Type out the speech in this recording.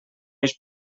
eix